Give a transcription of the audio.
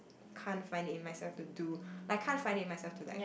can't find in myself to do like can't find in myself to like